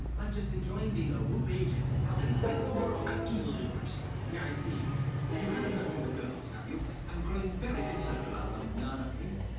i'm just enjoying being a whoop agent and helping rid the world of evil doers now i see you haven't heard from the girls. have you i'm growing very concerned about them not ugly